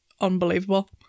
unbelievable